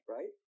Right